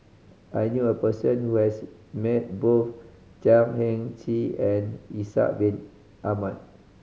I knew a person who has met both Chan Heng Chee and Ishak Bin Ahmad